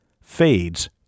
fades